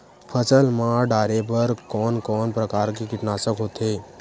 फसल मा डारेबर कोन कौन प्रकार के कीटनाशक होथे?